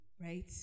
right